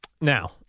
now